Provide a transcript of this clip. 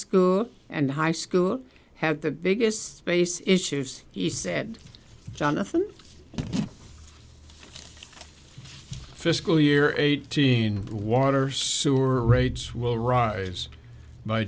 school and high school had the biggest space issues he said jonathan fiscal year eighteen water sewer rates will rise by